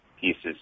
pieces